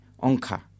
onka